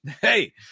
Hey